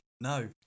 No